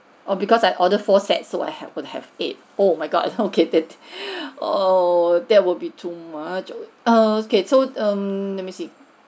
orh because I ordered four sets so I have would have eight oh my god okay it oh that will be too much err okay so hmm let me see